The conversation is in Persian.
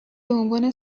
بعنوان